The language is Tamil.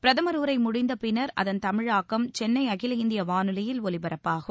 பிரதமர் உரை முடிந்த பின்னர் அதன் தமிழாக்கம் சென்னை அகில இந்திய வானொலியில் ஒலிபரப்பாகும்